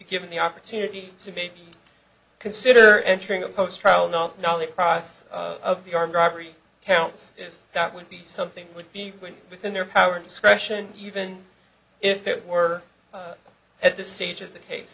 given the opportunity to maybe consider entering a post trial not know the price of the armed robbery counts if that would be something that would be within their power discretion even if it were at this stage of the case